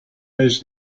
has